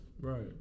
Right